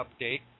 update